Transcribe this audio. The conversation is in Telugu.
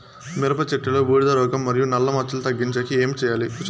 మిరప చెట్టులో బూడిద రోగం మరియు నల్ల మచ్చలు తగ్గించేకి ఏమి చేయాలి?